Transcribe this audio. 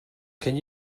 can